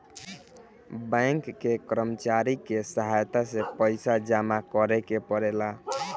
bank के कर्मचारी के सहायता से पइसा जामा करेके पड़ेला